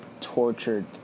tortured